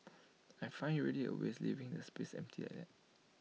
I find IT really A waste leaving the space empty like that